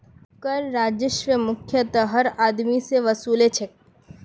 कर राजस्वक मुख्यतयः हर आदमी स वसू ल छेक